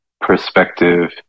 perspective